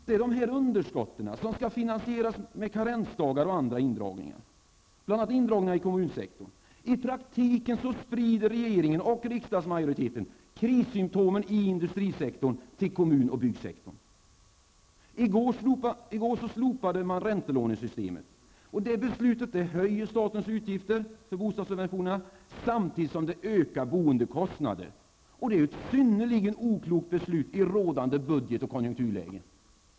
Det är dessa underskott som skall finansieras med karensdagar och andra indragningar, bl.a. i kommunsektorn. I praktiken sprider regeringen och riksdagsmajoriteten krissymptomen i industrisektorn till kommun och byggsektorn. I går slopades räntelånesystemet. Det beslutet ökar statens utgifter för bostadssubventionerna samtidigt som det ökar boendekostnaderna. Det är ett synnerligen oklokt beslut i rådande budget och konjunkturläge.